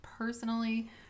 personally